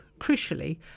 crucially